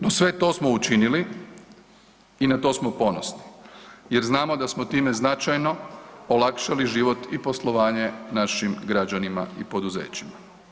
No, sve to smo učinili i na to smo ponosni jer znamo da smo time značajno olakšali život i poslovanje našim građanima i poduzećima.